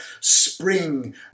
spring